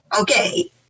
Okay